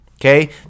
Okay